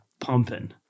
pumping